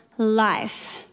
Life